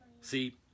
see